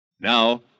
Now